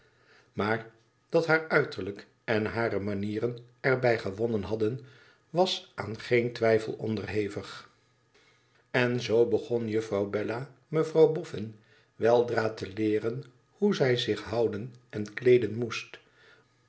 maar dat haar uiterlijk en hare manieren er bij gewonnen hadden was aan geen twijfel onderhevig en zoo begon juffrouw bella mevrouw boffin weldra te leeren hoe zij zich houden en kleeden moest